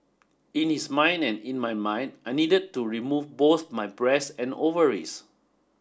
in his mind and in my mind I needed to remove both my breast and ovaries